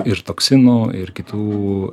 ir toksinų ir kitų